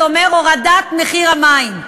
זה אומר הורדת מחיר המים.